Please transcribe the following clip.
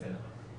בסדר.